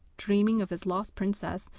dreaming of his lost princess,